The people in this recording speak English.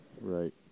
Right